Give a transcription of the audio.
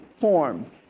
form